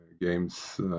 games